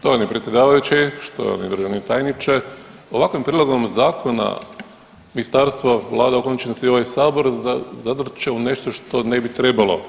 Štovani predsjedavajući, štovani državni tajniče ovakvim prijedlogom zakona ministarstvo, vlada, u konačnici i ovaj sabor zadrče u nešto što ne bi trebalo.